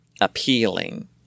appealing